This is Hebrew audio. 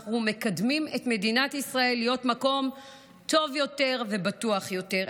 אנחנו מקדמים את מדינת ישראל להיות מקום טוב יותר ובטוח יותר.